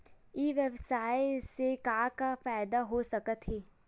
ई व्यवसाय से का का फ़ायदा हो सकत हे?